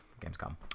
Gamescom